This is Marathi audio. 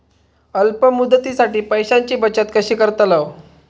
अल्प मुदतीसाठी पैशांची बचत कशी करतलव?